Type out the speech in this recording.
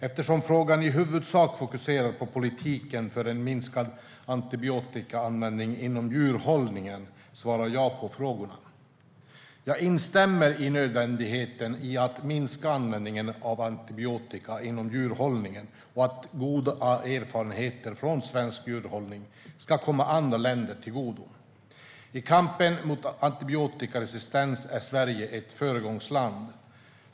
Eftersom frågan i huvudsak fokuserar på politiken för en minskad antibiotikaanvändning inom djurhållningen svarar jag på frågorna. Jag instämmer i nödvändigheten av att minska användningen av antibiotika inom djurhållningen och att goda erfarenheter från svensk djurhållning ska komma andra länder till godo. I kampen mot antibiotikaresistens är Sverige ett föregångsland.